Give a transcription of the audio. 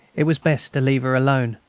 it was best to leave her alone,